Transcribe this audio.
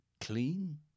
clean